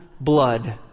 blood